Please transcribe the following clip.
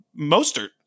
Mostert